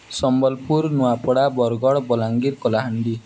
Sambalpur Nuapada Bargarh Balangir Kalahandi